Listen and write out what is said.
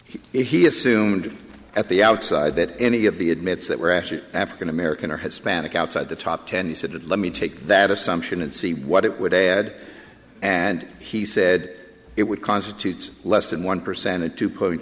numbers he assumed at the outside that any of the admits that were actually african american or hispanic outside the top ten he said let me take that assumption and see what it would add and he said it would constitute less than one percent to two point